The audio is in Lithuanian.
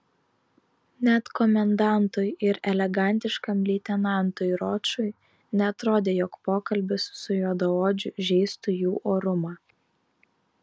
net komendantui ir elegantiškam leitenantui ročui neatrodė jog pokalbis su juodaodžiu žeistų jų orumą